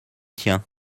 tien